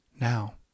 now